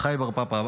אחאי בר פפא,